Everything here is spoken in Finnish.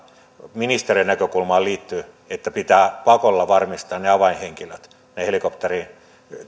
ministeriön näkökulmaan liittyvät että pitää pakolla varmistaa ne avainhenkilöt